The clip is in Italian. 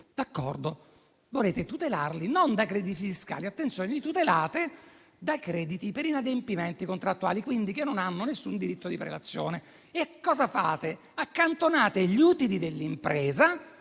d'accordo. Volete tutelarli non dai crediti fiscali - attenzione - ma dai crediti per inadempimenti contrattuali, che non hanno quindi nessun diritto di prelazione. E cosa fate? Accantonate gli utili dell'impresa,